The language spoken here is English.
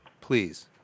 Please